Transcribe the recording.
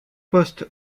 poste